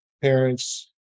parents